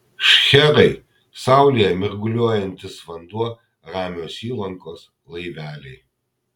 šcherai saulėje mirguliuojantis vanduo ramios įlankos laiveliai